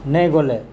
ନେଇଁ ଗଲେ